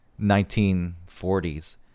1940s